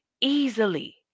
easily